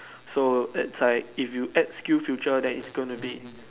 so it's like if you add skill future then it's gonna be